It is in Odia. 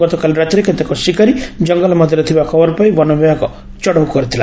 ଗତକାଲି ରାତିରେ କେତେକ ଶିକାରୀ ଜଙ୍ଗଲ ମଧ୍ଧରେ ଥିବା ଖବର ପାଇ ବନବିଭାଗ ଚଢ଼ଉ କରିଥିଲା